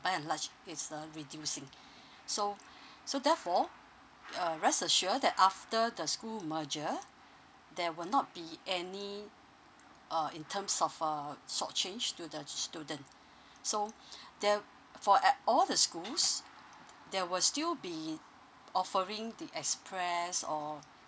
by and large it's uh reducing so so therefore uh rest assure that after the school merger there will not be any uh in terms of uh short change to the student so there for at all the schools they will still be offering the express or